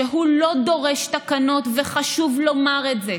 שהוא לא דורש תקנות, וחשוב לומר את זה,